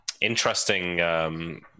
interesting